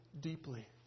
Deeply